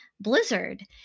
Blizzard